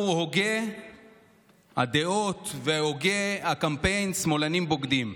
משה מירון הוא הוגה הדעות והוגה הקמפיין "שמאלנים בוגדים".